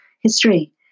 history